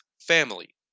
family